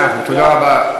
תודה רבה.